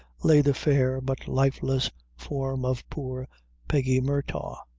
lay the fair but lifeless form of poor peggy murtagh.